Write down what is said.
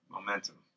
momentum